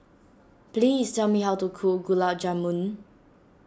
please tell me how to cook Gulab Jamun